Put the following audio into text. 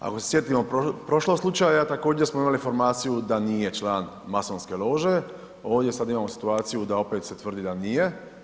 Ako se sjetimo prošlog slučaja, također, smo imali informaciju da nije član masonske lože, ovdje sad imamo situaciju da opet se tvrdi da nije.